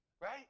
right